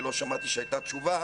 ולא שמעתי שהייתה תשובה,